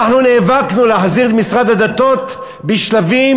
אנחנו נאבקנו להחזיר את משרד הדתות בשלבים,